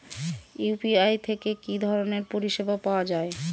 UPI থেকে কি ধরণের পরিষেবা পাওয়া য়ায়?